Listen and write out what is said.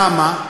למה?